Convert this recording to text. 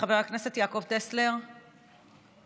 חבר הכנסת יעקב טסלר, נוכח?